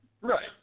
Right